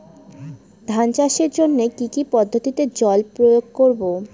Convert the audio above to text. ধান চাষের জন্যে কি কী পদ্ধতিতে জল প্রয়োগ করব?